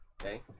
Okay